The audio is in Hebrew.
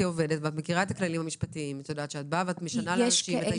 את הכללים המשפטיים ואת יודעת שאת משנה לאנשים את ההסתמכות שלהם.